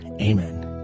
Amen